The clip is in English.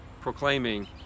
proclaiming